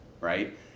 right